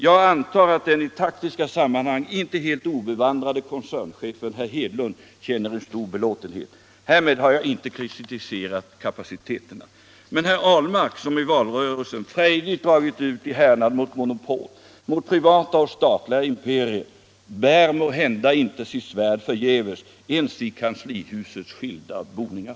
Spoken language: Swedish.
Jag antar att den i taktiska sammanhang inte helt obevandrade koncernchefen Gunnar Hedlund känner en stor belåtenhet. Härmed har jag inte kritiserat kapaciteterna. Men herr Ahlmark som i valrörelsen frejdigt dragit ut i härnad mot monopol och mot privata och statliga imperier bär måhända inte sitt svärd förgäves ens i kanslihusets skilda boningar.